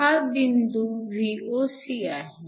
हा बिंदू Vocआहे